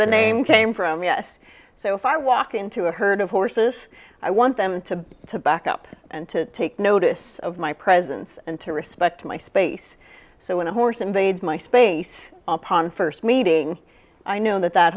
the name came from yes so if i walk into a herd of horses i want them to to back up and to take notice of my presence and to respect my space so when a horse invades my space upon first meeting i know that that